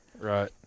Right